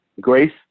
Grace